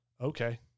Okay